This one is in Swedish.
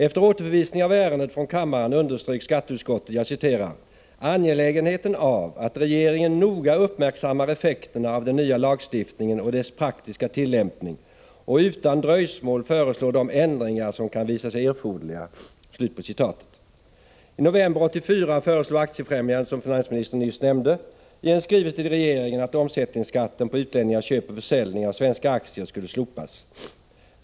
Efter återförvisning av ärendet från kammaren underströk skatteutskottet ”angelägenheten av att regeringen noga uppmärksammar effekterna av den nya lagstiftningen och dess praktiska tillämpning och utan dröjsmål föreslår de ändringar som kan visa sig erforderliga”. I november 1984 föreslogs av Aktiefrämjandet, som finansministern nyss nämnde, i en skrivelse till regeringen att omsättningsskatten på utlänningars köp och försäljning av svenska aktier skulle slopas.